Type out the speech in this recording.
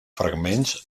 fragments